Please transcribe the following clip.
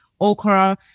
okra